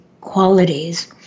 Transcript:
qualities